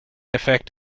effect